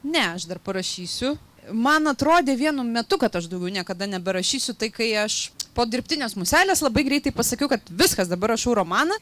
ne aš dar parašysiu man atrodė vienu metu kad aš daugiau niekada neberašysiu tai kai aš po dirbtinės muselės labai greitai pasakiau kad viskas dabar rašau romaną